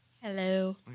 Hello